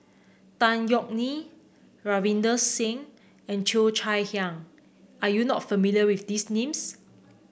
Tan Yeok Nee Ravinder Singh and Cheo Chai Hiang are you not familiar with these names